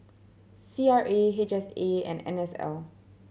C R A H S A and N S L